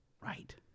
Right